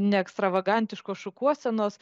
ne ekstravagantiškos šukuosenos